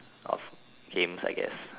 of games I guess